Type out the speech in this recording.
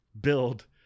build